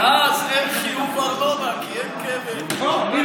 ואז אין חיוב ארנונה, כי אין קבר, יש היגיון.